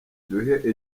duhe